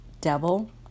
devil